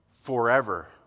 forever